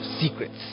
secrets